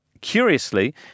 curiously